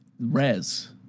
res